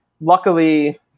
luckily